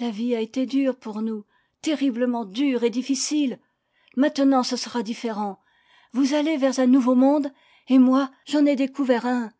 ua vie a été dure pour nous terriblement dure et difficile maintenant ce sera différent vous allez vers un nouveau monde et moi j'en ai découvert un